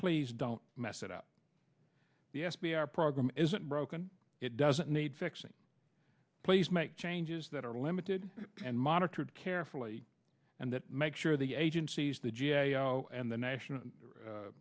please don't mess it up the s b a our program isn't broken it doesn't need fixing please make changes that are limited and monitored carefully and that make sure the agencies the g a o and the national